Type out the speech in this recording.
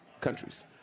countries